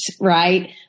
right